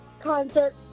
concert